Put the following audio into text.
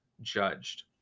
judged